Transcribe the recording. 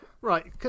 Right